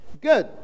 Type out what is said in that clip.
Good